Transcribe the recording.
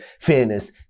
fairness